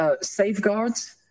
safeguards